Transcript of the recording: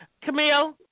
Camille